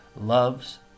loves